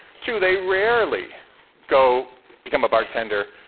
two, they rarely go become a bartender,